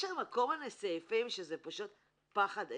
יש שם כל מיני סעיפים שזה פשוט פחד אלוהים.